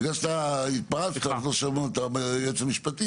בגלל שהתפרצת לא שמעת שגם היועץ המשפטי